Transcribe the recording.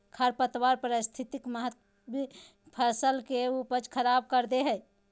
खरपतवार पारिस्थितिक महत्व फसल के उपज खराब कर दे हइ